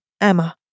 Emma